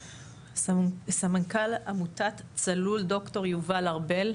סמנכ"ל עמותת "צלול", ד"ר יובל ארבל.